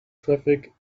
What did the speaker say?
traffic